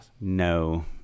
No